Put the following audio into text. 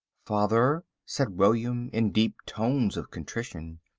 father, said william, in deep tones of contrition,